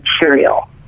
material